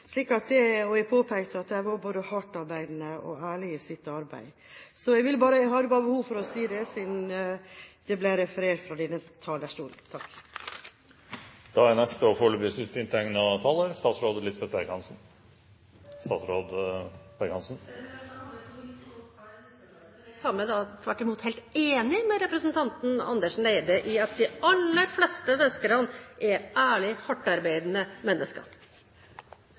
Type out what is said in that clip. og jeg påpekte at de var både hardt arbeidende og ærlige i sitt arbeid. Jeg hadde bare behov for å si det siden det ble referert fra denne talerstolen. Da må vi på nytt oppklare en misforståelse, for jeg sa meg tvert imot helt enig med representanten Andersen Eide i at de aller fleste fiskerne er ærlige, hardt arbeidende mennesker.